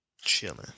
Chilling